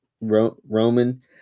Roman